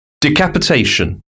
Decapitation